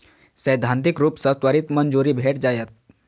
सैद्धांतिक रूप सं त्वरित मंजूरी भेट जायत